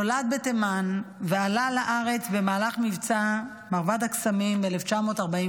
נולד בתימן ועלה לארץ במהלך מבצע מרבד הקסמים ב-1949.